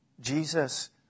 Jesus